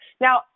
Now